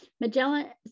magellan